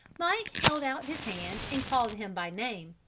mike held out his hand and called him by name,